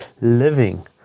living